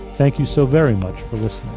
thank you so very much for listening